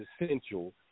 essential